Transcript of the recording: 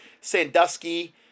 Sandusky